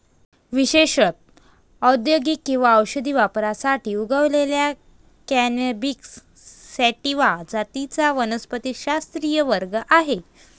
विशेषत औद्योगिक किंवा औषधी वापरासाठी उगवलेल्या कॅनॅबिस सॅटिवा जातींचा वनस्पतिशास्त्रीय वर्ग आहे